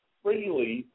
freely